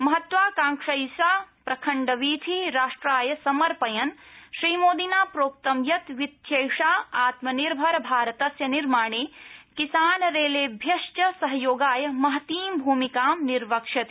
महत्वाकांक्षेषा प्रखण्डवीथि राष्ट्राय समर्पयन् श्रीमोदिना प्रोक्तं यत् वीथ्यैषा आत्मनिर्भरभारतस्य निर्माणे किसान रेलेभ्यश्च सहयोगाय महतीं भूमिकां निर्वक्ष्यति